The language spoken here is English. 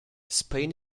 spain